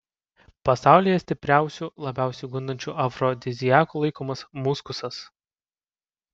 pasaulyje stipriausiu labiausiai gundančiu afrodiziaku laikomas muskusas